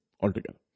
altogether